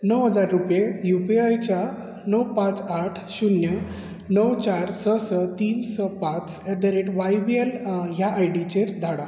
णव हजार रुपया यू पी आय च्या णव पांच आठ शुन्य णव चार स स तीन स पांच at the rate Y B L ह्या आय डीचेर धाड